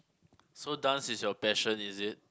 so dance is your passion is it